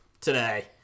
today